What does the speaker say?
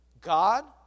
God